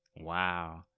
Wow